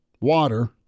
water